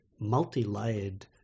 multi-layered